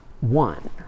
one